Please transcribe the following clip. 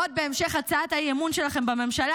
עוד בהמשך הצעת האי-אמון שלכם בממשלה,